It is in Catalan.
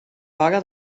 vaga